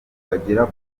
bagera